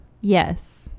Yes